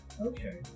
Okay